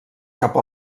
cap